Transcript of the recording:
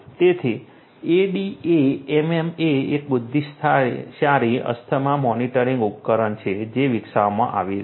તેથી ADAMM એ એક બુદ્ધિશાળી અસ્થમા મોનિટરિંગ ઉપકરણ છે જે વિકસાવવામાં આવ્યું છે